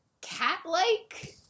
cat-like